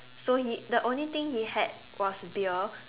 so he the only thing he had was beer